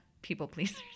people-pleasers